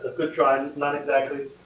ah good try. and not exactly.